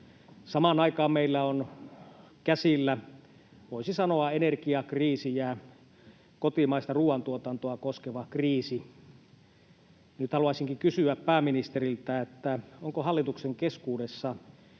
Samaan aikaan meillä on käsillä, voisi sanoa, energiakriisi ja kotimaista ruuantuotantoa koskeva kriisi. Nyt haluaisinkin kysyä pääministeriltä: onko hallituksen keskuudessa